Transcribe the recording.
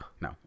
No